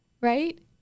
right